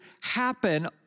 happen